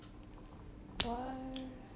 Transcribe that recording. what